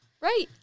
Right